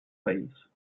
país